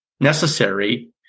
necessary